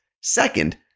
Second